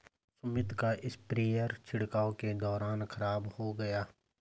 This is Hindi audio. सुमित का स्प्रेयर छिड़काव के दौरान खराब हो गया